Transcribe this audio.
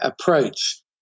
approach